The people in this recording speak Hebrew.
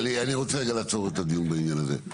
תראו, אני רוצה רגע לעצור את הדיון בעניין הזה.